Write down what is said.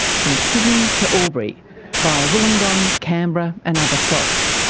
from sydney to albury via wollongong, canberra and other stops.